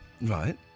Right